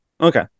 okay